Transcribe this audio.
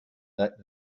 that